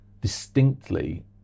distinctly